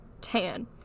tan